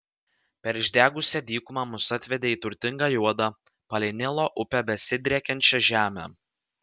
per išdegusią dykumą mus atvedė į turtingą juodą palei nilo upę besidriekiančią žemę